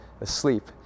asleep